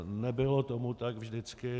Nebylo tomu tak vždycky.